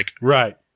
Right